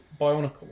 Bionicle